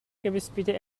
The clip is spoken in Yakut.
кэбиспитэ